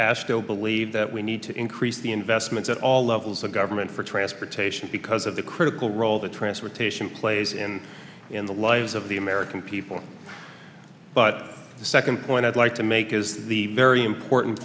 bill believe that we need to increase the investments at all levels of government for transportation because of the critical role that transportation plays in in the lives of the american people but the second point i'd like to make is the very important